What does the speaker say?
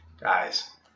Guys